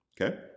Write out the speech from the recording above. Okay